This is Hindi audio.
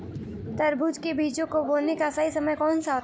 तरबूज के बीजों को बोने का सही समय कौनसा होता है?